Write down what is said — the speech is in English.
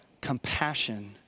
compassion